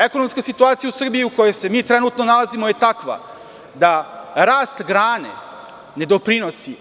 Ekonomska situacija u Srbiji, u kojoj se mi trenutno nalazimo, je takva da rast grane ne doprinosi.